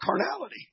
carnality